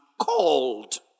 called